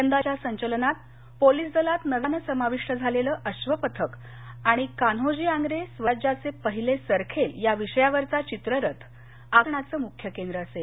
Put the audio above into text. यंदाच्या संचलनात पोलीस दलात नव्यानं समाविष्ट झालेलं अश्वपथक आणि कान्होजी आंग्रे स्वराज्याचे पहिले सरखेल या विषयावरचा चित्ररथ आकर्षणाचं मुख्य केंद्र असेल